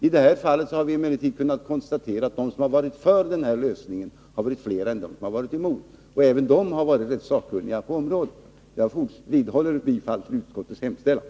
I det här fallet har vi emellertid kunnat konstatera att de som har varit för lösningen har varit fler än dem som har varit emot. Och även de har varit sakkunniga på området. Jag vidhåller yrkandet om bifall till utskottets hemställan.